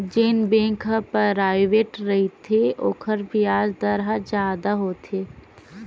जेन बेंक ह पराइवेंट रहिथे ओखर बियाज दर ह जादा होथे